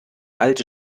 alte